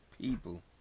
people